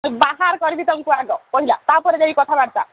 ତ ବାହାର କରିବି ତୁମକୁୁ ଆାଗ ପହିଲା ତାପରେ ଯାଇ କଥାବାର୍ତ୍ତା